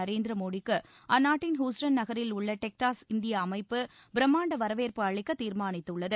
நரேந்திர மோதிக்கு அந்நாட்டின் ஹூஸ்டன் நகரில் உள்ள டெக்ஸாஸ் இந்திய அமைப்பு பிரம்மாண்ட வரவேற்பு அளிக்க தீர்மானித்துள்ளது